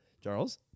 Charles